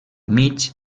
mig